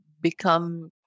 become